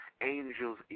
angels